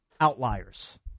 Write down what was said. outliers